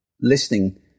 listening